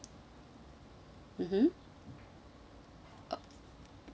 mmhmm uh